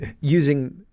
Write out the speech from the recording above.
using